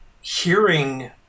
hearing